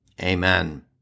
Amen